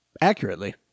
accurately